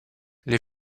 les